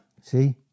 See